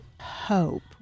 hope